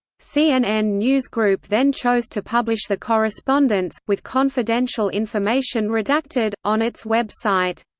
cnn news group then chose to publish the correspondence, with confidential information redacted, on its web site.